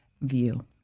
view